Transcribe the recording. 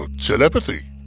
Telepathy